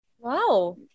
Wow